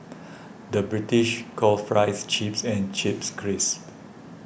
the British calls Fries Chips and Chips Crisps